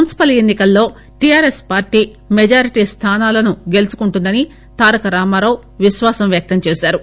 municipal ఎన్ని కల్లో TRS party majority స్థానాలను గెలుచుకుంటుందని తారక రామారావు విశ్వాసం వ్యక్తం చేశారు